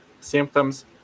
symptoms